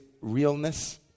realness